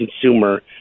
consumer